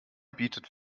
bietet